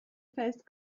first